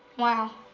wow.